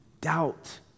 doubt